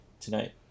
tonight